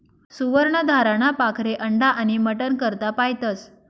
सुवर्ण धाराना पाखरे अंडा आनी मटन करता पायतस